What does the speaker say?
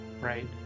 right